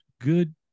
good